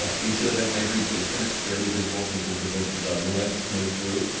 yeah you can see like an ivory basin that's barely visible from the little bit the the moonlight that's coming through,